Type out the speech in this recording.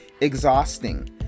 exhausting